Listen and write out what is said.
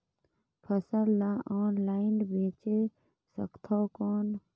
फसल ला ऑनलाइन बेचे सकथव कौन?